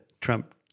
Trump